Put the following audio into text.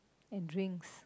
and drinks